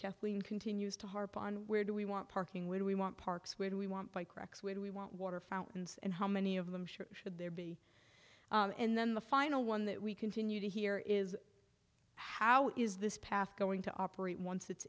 kathleen continues to harp on where do we want parking where we want parks where do we want bike racks where we want water fountains and how many of them should there be and then the final one that we continue to hear is how is this path going to operate once it's